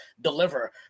deliver